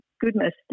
goodness